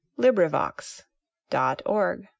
LibriVox.org